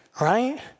right